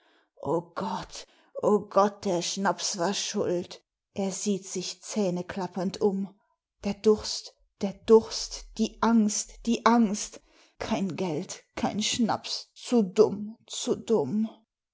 o gott o gott der schnaps war schuld er sieht sich zähneklappernd um der durst der durst die angst die angst kein geld kein schnaps zu dumm zu dumm